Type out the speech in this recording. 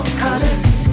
cutters